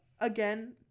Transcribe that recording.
Again